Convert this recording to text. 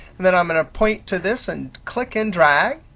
and then i'm going to point to this and click and drag.